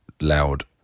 loud